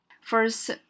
First